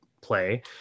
play